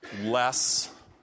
less